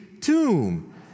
tomb